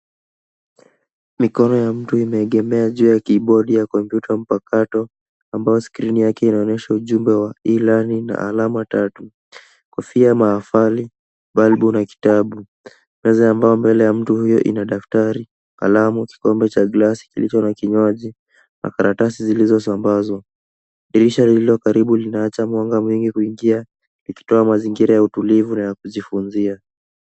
Mikono ya mtu imeegemea juu ya kibodi ya kompyuta mpakato ambao skrini yake inaonyesha ujumbe wa E-learning na alama tatu kofia maafali, balbu na kitabu. Meza ya mbao mbele ya mtu huyo ina daftari, kalamu, kikombe cha glasi kilicho na kinywaji, makaratasi zilizosambazwa. Dirisha lililo karibu linaacha mwanga mwingi kuingia ikitoa mazingira ya utulivu na ya kujifunzia.